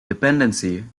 dependency